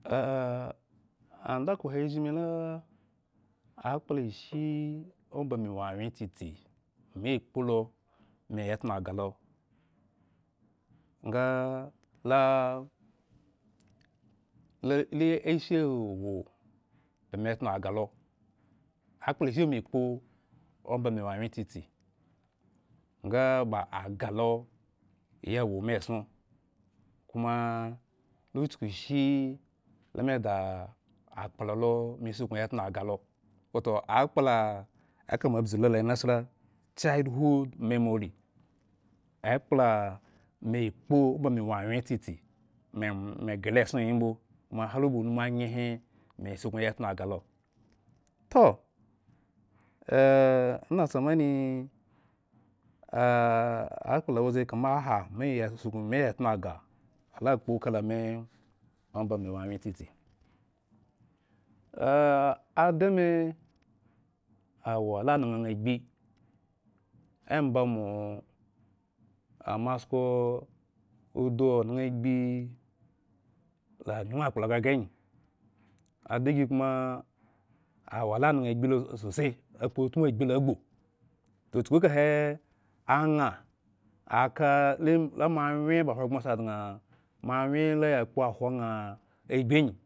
andakhpo he zhin me la akplaishi oma me awyen tsitsi me kpolo mw tnah aga la li li ishi me kpo omba me. Wo awyen tsitsi nga ba agah lo ya wome eson. koma la chu kushi lada akpla eke mo abzu lla. nasla childhood memory akpla mekplo omba me wo wyen tsitsi me-me ghre lo eson yhre mbo koma harba umimanyehe me sauknu me ya tnah agah lo "toh” in tsamani akpla waye kama aha. Me ya sauknu me ya tnah agah la kpo ka la me omba me wo wyen tsitsi adame a wo. ala naŋha enha agbi la nyuŋ akpla gaghre angyi adagikoma wo ala anŋha agbi lo sose, akpo utmu agbi logbu toh chuku ekahe a ŋha kala “imb” la moayen ba hogbrren asi da ŋha lamo. awyen la kpo hwo ŋha agbi angyi